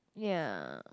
ya